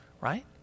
right